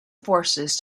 forces